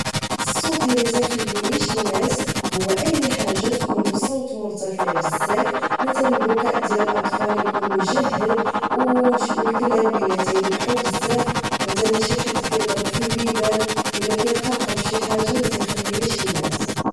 الصوت اللي مكيخلينيش نعس هو اي حاجة تكون بصوت مرتفع بزاف مثلا البكاء ديال الاطفال اكون مجهد او الكلاب الى تينبحو بزاف مثلا شي حد كيضرف فالبيبان اولى تيقرقب شي حاجة متيخلينيش نعس